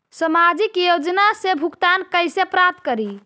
सामाजिक योजना से भुगतान कैसे प्राप्त करी?